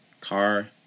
car